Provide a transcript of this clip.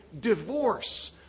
divorce